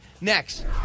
Next